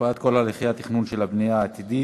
הקפאת כל הליכי התכנון של הבנייה העתידית